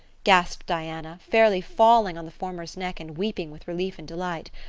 gasped diana, fairly falling on the former's neck and weeping with relief and delight,